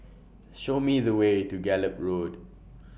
Show Me The Way to Gallop Road